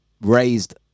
raised